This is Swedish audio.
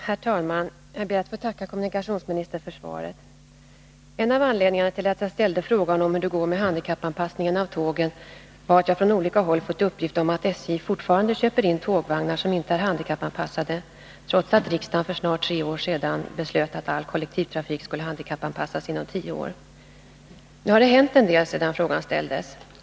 Herr talman! Jag ber att få tacka kommunikationsministern för svaret. En av anledningarna till att jag ställde frågan om hur det går med handikappanpassningen av tågen var att jag från olika håll fått uppgift om att SJ fortfarande köper in tågvagnar som inte är handikappanpassade, trots att riksdagen för snart tre år sedan beslöt att all kollektivtrafik skulle handikappanpassas inom tio år. Nu har det hänt en del sedan frågan ställdes.